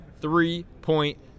three-point